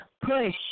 Push